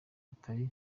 atari